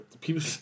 People